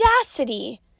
audacity